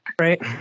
right